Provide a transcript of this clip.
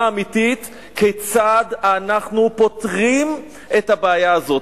כיצד אנחנו פותרים את הבעיה הזאת,